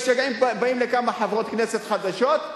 באים לכמה חברות כנסת חדשות,